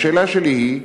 השאלה שלי היא,